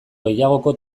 gehiagoko